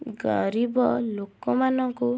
ଗରିବ ଲୋକମାନଙ୍କୁ